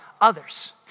others